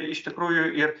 iš tikrųjų ir